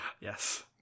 Yes